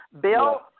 Bill